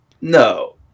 No